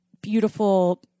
beautiful